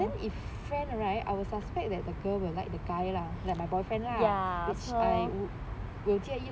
but then if friend right I would suspect that the girl will like the guy lah like my boyfriend lah which I will